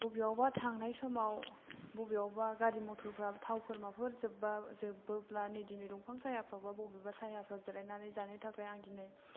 बबेयावबा थांनाय समाव बबेयावबा गारि मटरफ्रा थावफोर माफोर जोब्बा जोबोब्ला नै दिनै दंफां सायाफ्राव बा बबेबा सायाफ्राव जिरायनानै जानो थाखाय आं दिनै